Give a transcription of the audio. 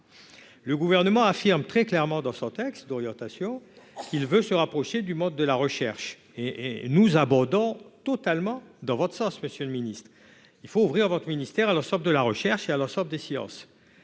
Le Gouvernement affirme très clairement dans son texte d'orientation qu'il veut se rapprocher du monde de la recherche. Nous abondons totalement dans votre sens, monsieur le ministre : il faut ouvrir votre ministère à l'ensemble des champs de la recherche et des sciences.